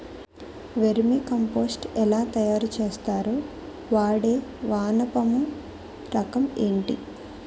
Vermi compost ఎలా తయారు చేస్తారు? వాడే వానపము రకం ఏంటి?